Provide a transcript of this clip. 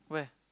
where